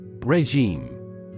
Regime